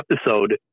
episode